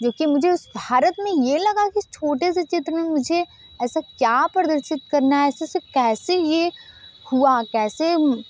जो कि मुझे भारत में यह लगा कि इस छोटे से चित्र मुझे ऐसा क्या प्रदर्शित करना है ऐसे से कैसे यह हुआ कैसे